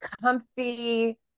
comfy